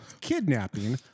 kidnapping